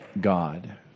God